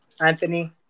Anthony